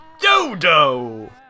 Dodo